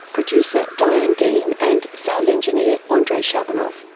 producer diane dean and sound engineer ah andrei shabunov.